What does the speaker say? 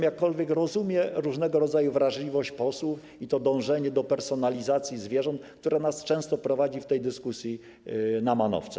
Jakkolwiek rozumiem różnego rodzaju wrażliwość posłów i dążenie do personalizacji zwierząt, które nas często prowadzi w tej dyskusji na manowce.